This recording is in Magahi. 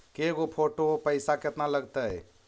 के गो फोटो औ पैसा केतना लगतै?